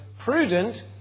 prudent